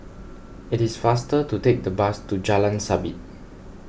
it is faster to take the bus to Jalan Sabit